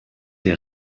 der